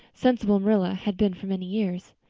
sensible marilla had been for many years.